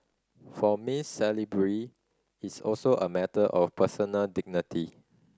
for Miss Salisbury it's also a matter of personal dignity